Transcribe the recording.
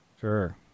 Sure